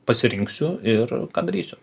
pasirinksiu ir ką darysiu